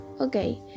Okay